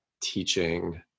teaching